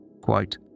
Quote